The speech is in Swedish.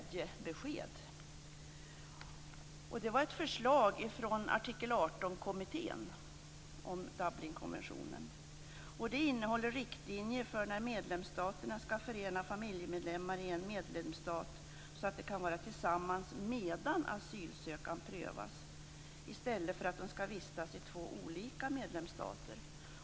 Det var ett förslag från Artikel 18-kommittén om Dublinkonventionen. Förslaget innehåller riktlinjer för hur medlemsstater skall förena familjemedlemmar i en medlemsstat så att de kan vara tillsammans medan en asylansökan prövas, i stället för att de skall behöva vistas i två olika medlemsstater.